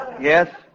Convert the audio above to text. Yes